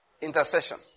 Intercession